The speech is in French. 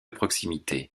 proximité